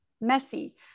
messy